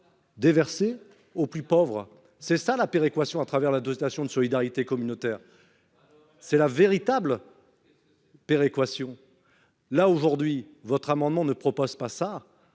Déverser aux plus pauvres. C'est ça la péréquation à travers la dotation de solidarité communautaire. C'est la véritable. Péréquation. Là aujourd'hui votre amendement ne propose pas ça.